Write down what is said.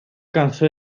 cançó